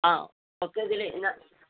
ആ ഒക്കെ ഇതില്